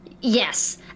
yes